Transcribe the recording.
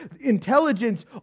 intelligence